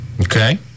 Okay